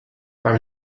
beim